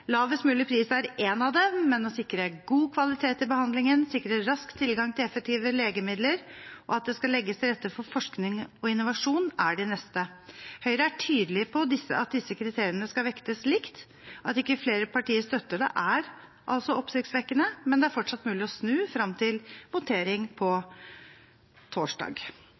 Lavest mulig pris er et av dem, men å sikre god kvalitet i behandlingen, sikre rask tilgang til effektive legemidler og at det skal legges til rette for forskning og innovasjon, er de neste. Høyre er tydelig på at disse kriteriene skal vektes likt. At ikke flere partier støtter det, er altså oppsiktsvekkende, men det er fortsatt mulig å snu frem til votering på torsdag.